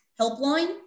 Helpline